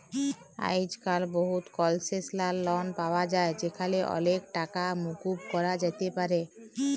আইজক্যাল বহুত কলসেসলাল লন পাওয়া যায় যেখালে অলেক টাকা মুকুব ক্যরা যাতে পারে